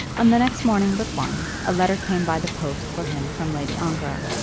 on the next morning but one a letter came by the post for him from lady ongar.